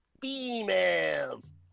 females